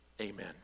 amen